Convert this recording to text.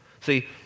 See